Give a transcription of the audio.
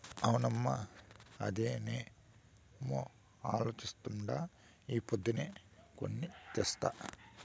అవునమ్మో, అదేనేమో అలోచిస్తాండా ఈ పొద్దే కొని తెస్తా